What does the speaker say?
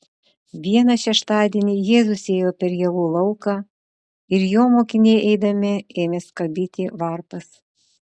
vieną šeštadienį jėzus ėjo per javų lauką ir jo mokiniai eidami ėmė skabyti varpas